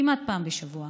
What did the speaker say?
כמעט פעם בשבוע.